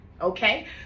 okay